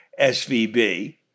SVB